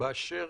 באשר